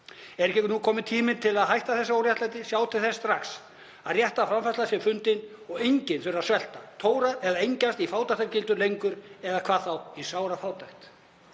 Er ekki kominn tími til að hætta þessu óréttlæti, sjá til þess strax að rétta framfærslan sé fundin og að enginn þurfi að svelta, tóra eða engjast í fátæktargildru lengur, hvað þá í sárafátækt?